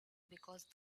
because